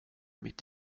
mitt